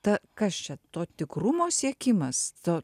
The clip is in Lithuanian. ta kas čia to tikrumo siekimas to